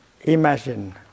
imagine